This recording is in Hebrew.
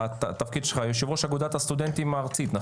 תפקיד שלך יושב ראש אגודת הסטודנטים הארצית.